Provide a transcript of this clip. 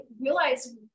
realize